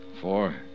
Four